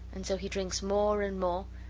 and so he drinks more and more,